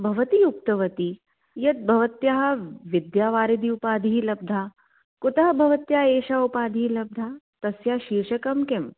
भवती उक्तवती यद्भवत्याः विद्यावारिधि उपाधिः लब्धा कुतः भवत्याः एषा उपाधिः लब्धा तस्य शीर्षकं किं